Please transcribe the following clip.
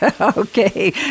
Okay